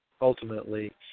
ultimately